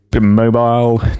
Mobile